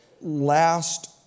last